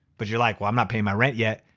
but you're like, well, i'm not paying my rent yet.